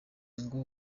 ngo